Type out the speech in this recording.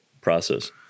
process